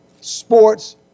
sports